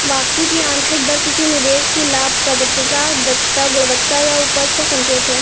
वापसी की आंतरिक दर किसी निवेश की लाभप्रदता, दक्षता, गुणवत्ता या उपज का संकेत है